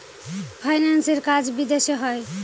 ফাইন্যান্সের কাজ বিদেশে হয়